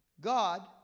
God